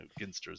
Ginster's